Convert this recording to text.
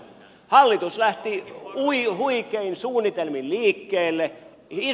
hallitus lähti huikein suunnitelmin liikkeelle